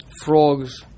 Frogs